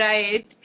Right